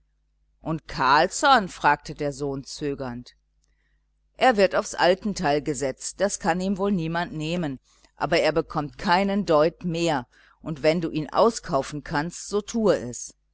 und carlsson fragte der sohn zögernd er wird aufs altenteil gesetzt das kann ihm wohl niemand nehmen aber er bekommt keinen deut mehr und wenn du ihn auskaufen kannst so tue es